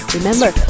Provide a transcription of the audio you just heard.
Remember